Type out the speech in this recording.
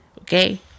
Okay